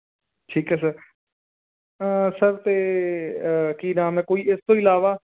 ਠੀਕ ਹੈ ਸਰ